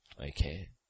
Okay